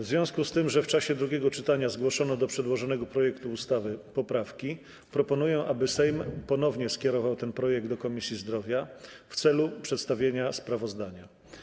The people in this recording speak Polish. W związku z tym, że w czasie drugiego czytania zgłoszono do przedłożonego projektu ustawy poprawki, proponuję, aby Sejm ponownie skierował ten projekt do Komisji Zdrowia w celu przedstawienia sprawozdania.